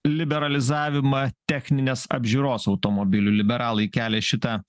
liberalizavimą techninės apžiūros automobilių liberalai kelia šitą